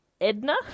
Edna